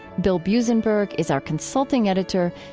bill buzenberg is our consulting editor.